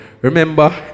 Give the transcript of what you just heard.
Remember